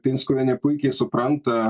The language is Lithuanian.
pinskuvienė puikiai supranta